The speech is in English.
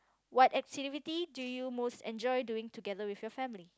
what activity do you enjoy most doing together with your family